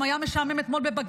היה משעמם גם אתמול בבג"ץ,